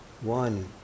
One